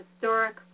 historic